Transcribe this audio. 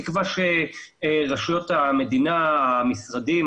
בתקווה שרשויות המדינה המשרדים,